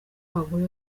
abagore